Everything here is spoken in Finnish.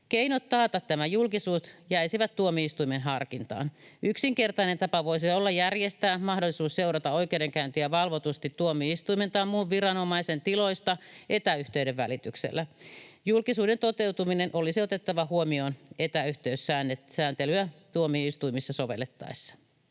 Keinot taata julkisuus jäisivät tuomioistuimen harkintaan. Yksinkertainen tapa voisi olla järjestää mahdollisuus seurata oikeudenkäyntiä valvotusti tuomioistuimen tai muun viranomaisen tiloista etäyhteyden välityksellä. Julkisuuden toteutuminen olisi otettava huomioon etäyhteyssääntelyä tuomioistuimissa sovellettaessa.